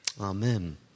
Amen